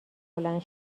بلند